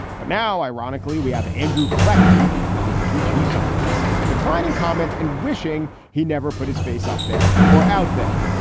but now, ironically, we have andrew keckley, who has issued two summonses, declining comment and wishing he never put his face up there or out there.